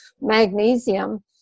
magnesium